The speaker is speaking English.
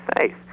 safe